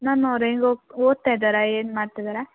ma'am ಅವ್ರು ಹೆಂಗ್ ಓದ್ತಾ ಇದ್ದಾರಾ ಏನು ಮಾಡ್ತಿದ್ದಾರೆ